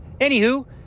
anywho